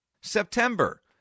September